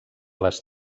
les